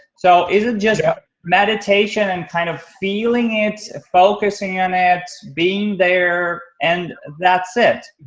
so is it just meditation and kind of feeling it, focusing on it, being there and that's it?